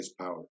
power